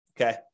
okay